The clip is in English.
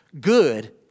good